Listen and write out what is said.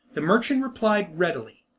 the merchant replied readily,